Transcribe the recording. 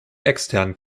externen